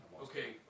Okay